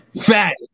Fat